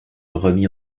remis